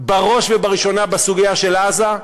בראש ובראשונה בסוגיה של עזה,